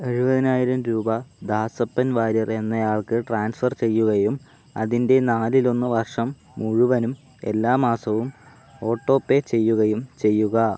എഴുപതിനായിരം രൂപ ദാസപ്പൻ വാര്യർ എന്നയാൾക്ക് ട്രാൻസ്ഫർ ചെയ്യുകയും അതിൻ്റെ നാലിലൊന്ന് വർഷം മുഴുവനും എല്ലാ മാസവും ഓട്ടോ പേ ചെയ്യുകയും ചെയ്യുക